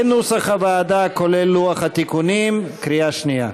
כנוסח הוועדה, כולל לוח התיקונים, בקריאה שנייה.